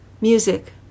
music